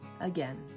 again